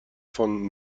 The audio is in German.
von